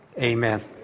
Amen